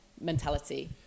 mentality